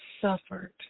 suffered